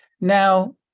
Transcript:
Now